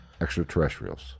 extraterrestrials